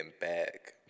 back